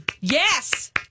Yes